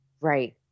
Right